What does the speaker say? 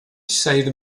sair